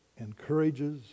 encourages